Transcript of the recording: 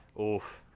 Oof